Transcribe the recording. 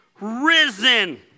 risen